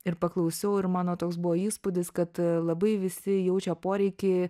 ir paklausiau ir mano toks buvo įspūdis kad labai visi jaučia poreikį